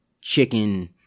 chicken